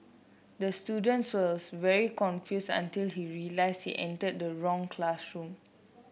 the students very confused until he realised he entered the wrong classroom